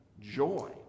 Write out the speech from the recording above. joy